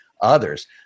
others